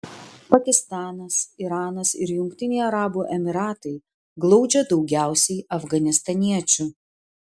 pakistanas iranas ir jungtiniai arabų emyratai glaudžia daugiausiai afganistaniečių